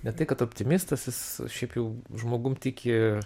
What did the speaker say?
bet tai kad optimistas jis šiaip jau žmogum tiki